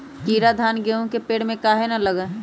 कीरा धान, गेहूं के पेड़ में काहे न लगे?